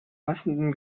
passenden